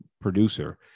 producer